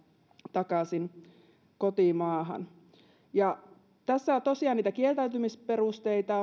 takaisin kotimaahan tässä tosiaan niitä kieltäytymisperusteita